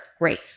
Great